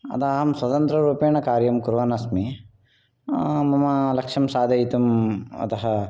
अतः अहं स्वतन्त्ररूपेण कार्यं कुर्वन्नस्मि मम लक्ष्यं साधयितुं अतः